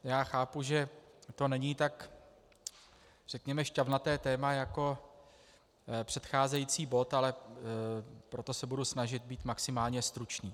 Já chápu, že to není tak, řekněme, šťavnaté téma jako předcházející bod, ale proto se budu snažit být maximálně stručný.